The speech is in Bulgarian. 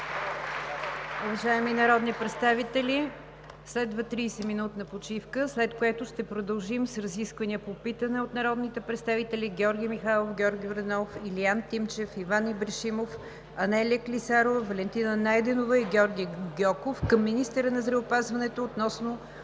Уважаеми народни представители, следва 30-минутна почивка, след което ще продължим с разисквания по питане от народните представители Георги Михайлов, Георги Йорданов, Илиян Тимчев, Иван Ибришимов, Анелия Клисарова, Валентина Найденова и Георги Гьоков към министъра на здравеопазването относно